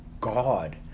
God